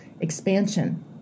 expansion